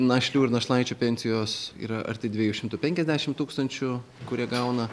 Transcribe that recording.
našlių ir našlaičių pensijos yra arti dviejų šimtų penkiasdešim tūkstančių kurie gauna